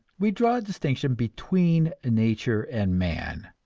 we draw a distinction between nature and man.